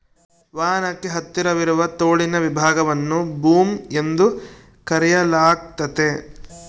ವಾಹನಕ್ಕೆ ಹತ್ತಿರವಿರುವ ತೋಳಿನ ವಿಭಾಗವನ್ನು ಬೂಮ್ ಎಂದು ಕರೆಯಲಾಗ್ತತೆ